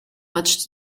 much